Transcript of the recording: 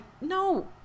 no